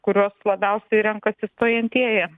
kuriuos labiausiai renkasi stojantieji